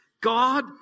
God